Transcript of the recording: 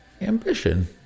ambition